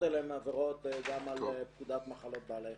אליהן עבירות גם על פקודת מחלות בעלי חיים.